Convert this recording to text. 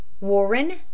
Warren